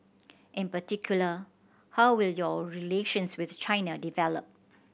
in particular how will your relations with China develop